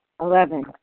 eleven